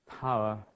power